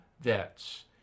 Vets